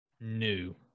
new